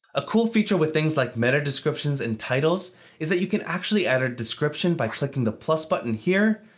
a cool feature with things like meta descriptions and titles is that you can actually add a description by clicking the plus button here,